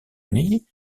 uni